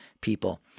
people